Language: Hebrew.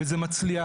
וזה מצליח.